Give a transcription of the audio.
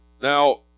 Now